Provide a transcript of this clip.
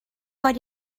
got